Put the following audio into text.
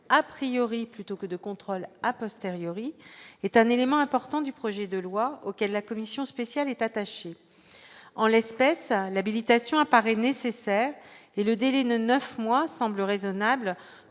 a priori plutôt que de contrôle a posteriori est un élément important du projet de loi auquel la Commission spéciale est attaché, en l'espèce l'habilitation apparaît nécessaire et le délit 9 mois semble raisonnable